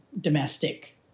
domestic